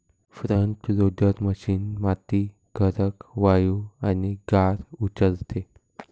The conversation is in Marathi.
फ्रंट लोडर मशीन माती, खडक, वाळू आणि गाळ उचलते